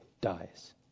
dies